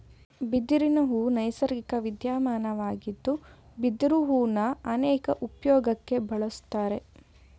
ಬಿದಿರಿನಹೂ ನೈಸರ್ಗಿಕ ವಿದ್ಯಮಾನವಾಗಿದ್ದು ಬಿದಿರು ಹೂನ ಅನೇಕ ಉಪ್ಯೋಗಕ್ಕೆ ಬಳುಸ್ತಾರೆ